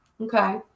okay